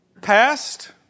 past